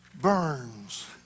burns